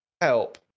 help